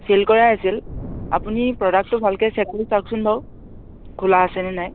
ছিল কৰাই আছিল আপুনি প্ৰডাক্টটো ভালকৈ চেক কৰি চাওকচোন বাও খোলা আছেনে নাই